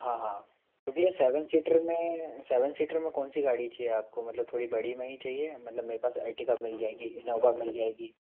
हाँ हाँ तो भैया सेवन सीटर में सेवन सीटर में कौनसी गाड़ी चाहिए आपको मतलब थोड़ी बड़ी में ही चाहिए मतलब मेरे पास एर्टिगा मिल जाएगी इनोवा मिल जाएगी